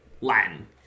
Latin